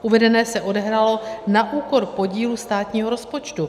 Uvedené se odehrálo na úkor podílu státního rozpočtu.